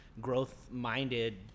growth-minded